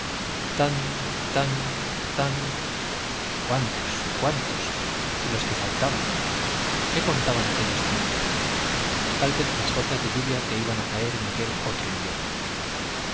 tan tan tan cuántos cuántos y los que faltaban qué contaban aquellos tañidos tal vez las gotas de lluvia que iban a caer en aquel otro invierno